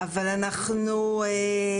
אבל כמו שנאמר קודם,